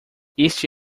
este